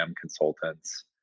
consultants